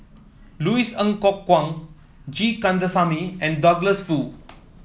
Louis Ng Kok Kwang G Kandasamy and Douglas Foo